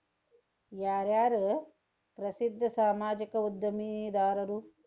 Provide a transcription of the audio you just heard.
ಯಾರ್ಯಾರು ಪ್ರಸಿದ್ಧ ಸಾಮಾಜಿಕ ಉದ್ಯಮಿದಾರರು